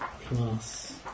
Plus